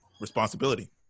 responsibility